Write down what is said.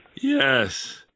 Yes